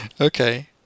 Okay